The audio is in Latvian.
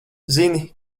zini